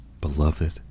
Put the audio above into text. beloved